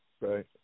Right